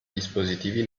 dispositivi